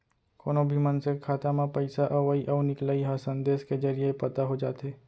कोनो भी मनसे के खाता म पइसा अवइ अउ निकलई ह संदेस के जरिये पता हो जाथे